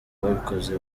bakozi